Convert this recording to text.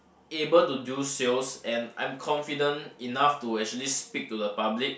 able to do sales and I'm confident enough to actually speak to the public